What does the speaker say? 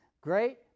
great